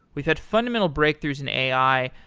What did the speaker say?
we've had fundamental breakthroughs in a i,